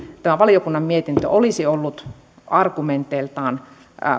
tämä valiokunnan mietintö olisi ollut argumenteiltaan